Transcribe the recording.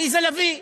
עליזה לביא.